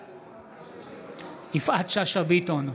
בעד יפעת שאשא ביטון,